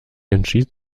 entschied